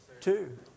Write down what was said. Two